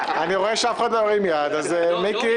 אני רואה שאף אחד לא הרים יד, אז מיקי.